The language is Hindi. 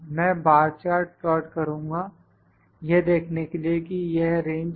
मैं बार चार्ट प्लाट करूँगा यह देखने के लिए कि यह रेंज है